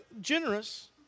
generous